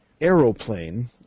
aeroplane